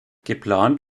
geplant